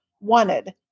wanted